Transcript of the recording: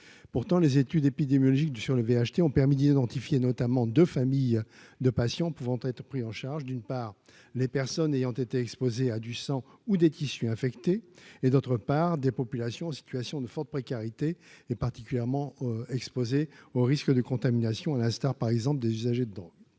pourtant, les études épidémiologiques du sur le VHC ont permis d'identifier notamment de familles de patients pouvant être pris en charge d'une part, les personnes ayant été exposées à du sang ou des tissus infectés et, d'autre part des populations en situation de forte précarité est particulièrement exposée au risque de contamination à l'instar, par exemple, des usagers de drogue